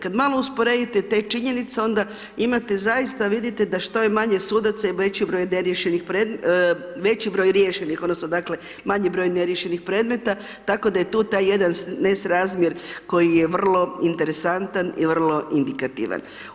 Kad malo usporedite te činjenice, onda imate, zaista vidite da što je manje sudaca i veći broj neriješenih predmeta, veći broj riješenih, odnosno dakle manji broj neriješenih predmeta, tako da je tu taj jedan nesrazmijer koji je vrlo interesantan, i vrlo indikativan.